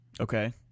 Okay